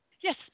yes